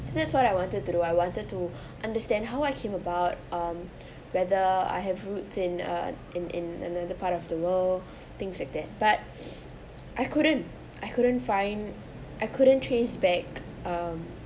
so that's what I wanted to do I wanted to understand how I came about um whether I have roots in uh in in another part of the world things like that but I couldn't I couldn't find I couldn't trace back um